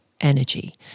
energy